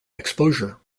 exposure